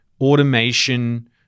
automation